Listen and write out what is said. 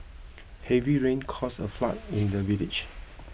heavy rains caused a flood in the village